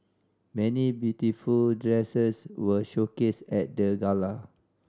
many beautiful dresses were showcased at the gala